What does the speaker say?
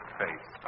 face